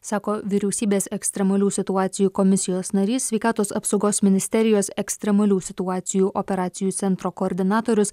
sako vyriausybės ekstremalių situacijų komisijos narys sveikatos apsaugos ministerijos ekstremalių situacijų operacijų centro koordinatorius